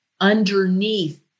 underneath